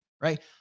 right